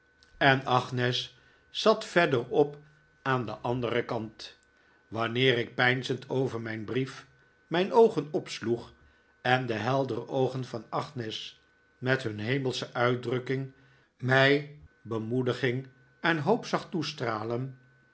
en agnes zat verderop aan den anderen kant wanneer ik peinzend over mijn brief mijn oogen opsloeg en de heldere oogen van agnes met nun hemelsche uitdrukking mij bempediging en hoop zag toestralen